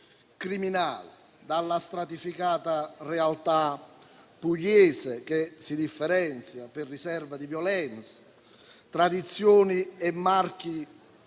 criminali: dalla stratificata realtà pugliese, che si differenzia per riserva di violenza, tradizioni e marchi